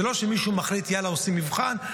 זה לא שמישהו מחליט שעושים מבחן,